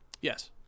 Yes